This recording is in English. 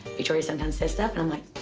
victoria sometimes say stuff and i'm like,